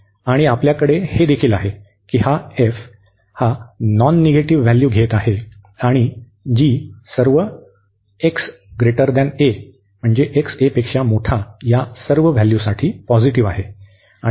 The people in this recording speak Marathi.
आणि आपल्याकडे हे देखील आहे की हा नॉन निगेटिव्ह व्हॅल्यू घेत आहे आणि सर्व a च्या सर्व व्हॅल्यूज् साठी पॉझिटिव्ह आहे